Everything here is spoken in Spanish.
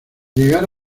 llegar